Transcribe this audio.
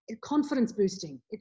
confidence-boosting